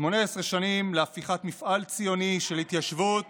18 שנים להפיכת מפעל ציוני של התיישבות